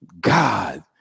God